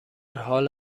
حال